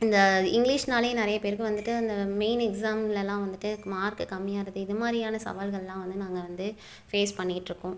இந்த இங்கிலீஷ்னாலே நிறைய பேருக்கு வந்துவிட்டு அந்த மெய்ன் எக்ஸாம்லலாம் வந்துட்டு மார்க்கு கம்மியாகிறது இது மாதிரியான சவால்கள்லாம் வந்து நாங்கள் வந்து ஃபேஸ் பண்ணிக்கிட்டுருக்கோம்